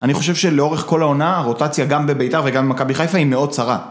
אני חושב שלאורך כל העונה, הרוטציה גם בביתר וגם במכבי חיפה היא מאוד צרה.